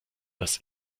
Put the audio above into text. das